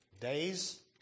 days